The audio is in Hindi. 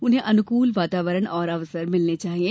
इन्हें अनुकूल वातावरण और अवसर मिलने चाहिये